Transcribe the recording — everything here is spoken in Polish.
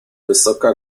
wysoka